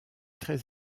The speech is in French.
très